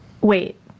Wait